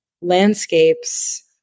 landscapes